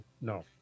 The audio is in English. no